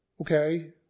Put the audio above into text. Okay